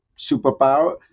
superpower